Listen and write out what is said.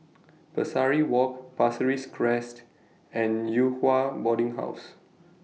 Pesari Walk Pasir Ris Crest and Yew Hua Boarding House